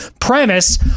premise